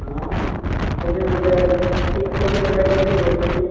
आं कमी म्हळ्यार कित कमी म्हळ्यार कितली कमी